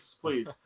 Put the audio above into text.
please